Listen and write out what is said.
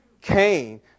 Cain